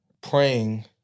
praying